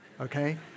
Okay